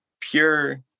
pure